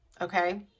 okay